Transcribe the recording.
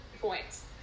points